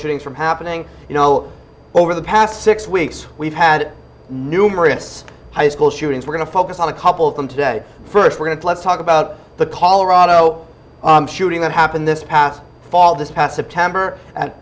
shootings from happening you know over the past six weeks we've had numerous high school shootings we're going to focus on a couple of them today first we're going to let's talk about the colorado shooting that happened this past fall this past september and